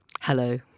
Hello